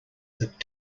that